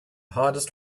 hardest